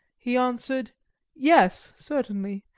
he answered yes, certainly,